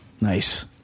Nice